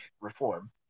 reform